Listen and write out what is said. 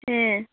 हे